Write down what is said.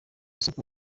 soko